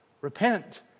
repent